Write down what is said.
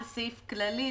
זה סעיף כללי.